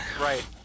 Right